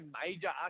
major